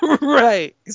Right